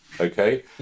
Okay